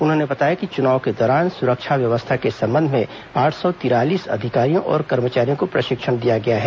उन्होंने बताया कि चुनाव के दौरान सुरक्षा व्यवस्था के संबंध में आठ सौ तिरालीस अधिकारियों और कर्मचारियों को प्रशिक्षण दिया गया है